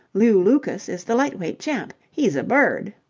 lew lucas is the lightweight champ. he's a bird!